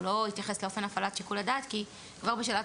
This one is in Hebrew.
הוא לא התייחס לאופן הפעלת שיקול הדעת כי כבר בשאלת